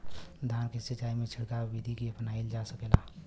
धान के सिचाई में छिड़काव बिधि भी अपनाइल जा सकेला?